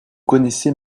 connaissez